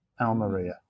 Almeria